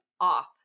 off